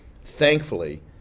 thankfully